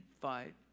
fight